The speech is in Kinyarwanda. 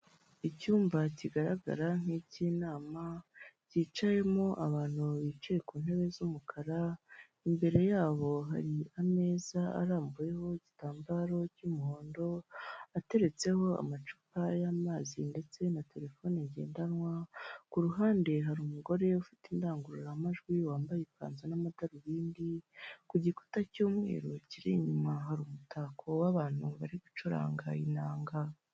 Icyumba kigaragara nk'icy'inama kicayemo abantu bicaye ku ntebe z'umukara, imbere y'abo hari ameza arambuyeho igitambaro cy'umuhondo ateretseho amacupa y'amazi ndetse na telefone ngendanwa, ku ruhande hari umugore ufite indangururamajwi wambaye ikanzu n'amadarubindi, ku gikuta cy'umweru kiri inyuma hari umutako w'abantu bari gucuranga inanga.